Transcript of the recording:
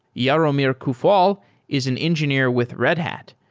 jaromir coufal is an engineer with red hat.